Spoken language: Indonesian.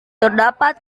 terdapat